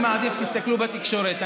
אני מעדיף, תסתכלו בתקשורת.